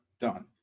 done